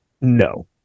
no